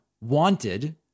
wanted